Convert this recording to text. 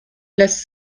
lässt